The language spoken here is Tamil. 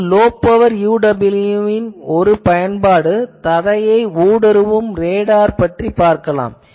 இப்போது லோ பவர் UWB யின் ஒரு பயன்பாடு தரையை ஊடுருவும் ரேடார் பற்றிப் பார்க்கலாம்